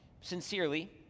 sincerely